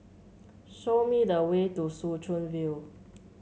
show me the way to Soo Chow View